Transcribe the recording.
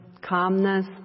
calmness